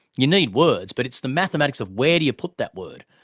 you need words but it's the mathematics of where do you put that word,